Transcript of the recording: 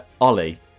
Ollie